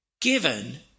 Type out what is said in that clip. Given